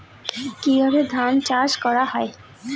কিভাবে ধান চাষ করা হয়?